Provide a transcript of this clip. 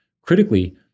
Critically